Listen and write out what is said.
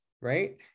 Right